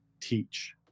teach